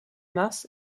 mars